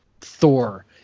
Thor